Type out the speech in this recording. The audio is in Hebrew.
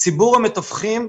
הנגיף הוא דיפרנציאלי.